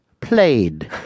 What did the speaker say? played